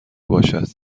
باشد